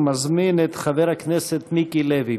ומזמין את חבר הכנסת מיקי לוי.